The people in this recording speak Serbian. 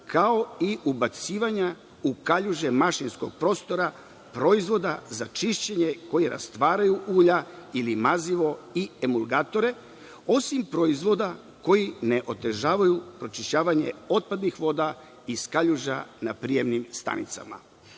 kao i ubacivanja u kaljuže mašinskog prostora proizvoda za čišćenje koji rastvaraju ulja ili mazivo i emulgatore, osim proizvoda koji ne otežavaju pročišćavanje otpadnih voda iz kaljuža na prijemnim stanicama. Ministar,